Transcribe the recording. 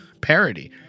parody